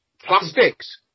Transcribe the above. Plastics